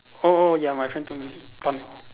oh oh ya my friend told me plant